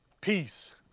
Peace